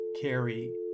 Carry